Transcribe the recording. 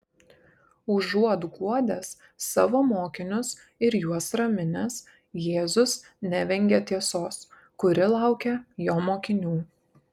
užuot guodęs savo mokinius ir juos raminęs jėzus nevengia tiesos kuri laukia jo mokinių